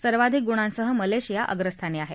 सर्वाधीक गुणांसह मलेशिया अग्रस्थानी आहे